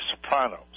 Sopranos